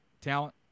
Talent